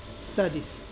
studies